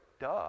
Duh